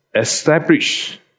establish